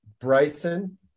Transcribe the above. Bryson